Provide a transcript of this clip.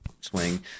swing